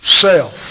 self